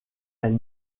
elle